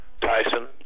Tyson